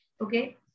Okay